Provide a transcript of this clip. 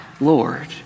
Lord